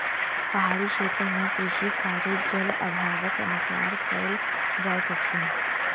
पहाड़ी क्षेत्र मे कृषि कार्य, जल अभावक अनुसार कयल जाइत अछि